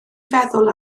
feddwl